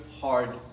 hard